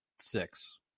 six